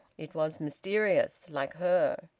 it was mysterious, like her.